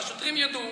שהשוטרים ידעו